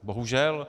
Bohužel.